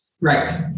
Right